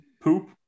poop